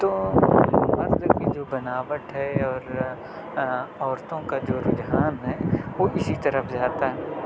تو ہر جگہ جو بناوٹ ہے اور عورتوں کا جو رجحان ہے وہ اسی طرف جاتا ہے